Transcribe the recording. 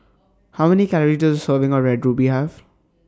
How Many Calories Does A Serving of Red Ruby Have